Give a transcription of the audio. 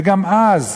וגם אז,